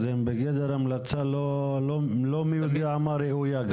אז הן בגדר המלצה לא מי יודע מה ראויה גם,